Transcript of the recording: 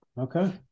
Okay